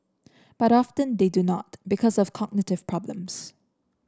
but often they do not because of cognitive problems